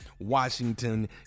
Washington